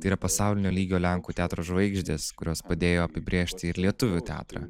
tai yra pasaulinio lygio lenkų teatro žvaigždės kurios padėjo apibrėžti ir lietuvių teatrą